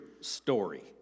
story